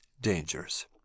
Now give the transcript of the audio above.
dangers